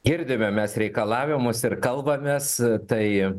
girdime mes reikalavimus ir kalbamės tai